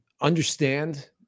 understand